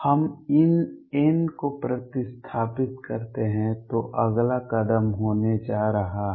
हम इस n को प्रतिस्थापित करते हैं तो अगला कदम होने जा रहा है